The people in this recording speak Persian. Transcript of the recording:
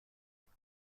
شکمم